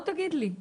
תגיד לי,